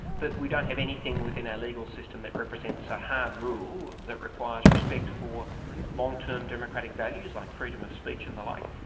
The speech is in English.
that we don't have anything within our legal system that represents a hard rule that requires respect for long-term democratic values, like freedom of speech and the like,